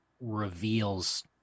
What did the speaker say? reveals